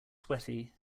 sweaty